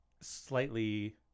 slightly